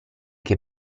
che